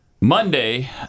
Monday